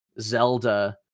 Zelda